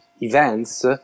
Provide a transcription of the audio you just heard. events